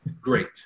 Great